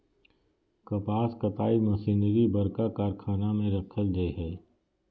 कपास कताई मशीनरी बरका कारखाना में रखल जैय हइ